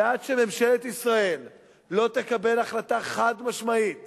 ועד שממשלת ישראל לא תקבל החלטה חד-משמעית